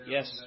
Yes